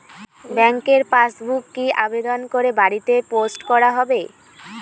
ব্যাংকের পাসবুক কি আবেদন করে বাড়িতে পোস্ট করা হবে?